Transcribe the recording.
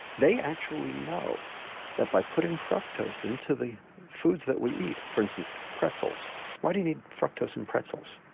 they actually know that by putting fructose into the foods that we eat, for instance pretzels why do you need fructose in pretzels,